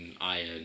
iron